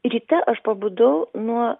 ryte aš pabudau nuo